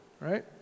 right